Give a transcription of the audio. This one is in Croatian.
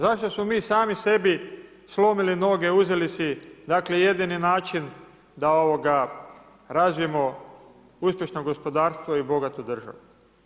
Zašto smo mi sami sebi slomili noge, uzeli si jedini način da razvijemo uspješno gospodarstvo i bogatu državu.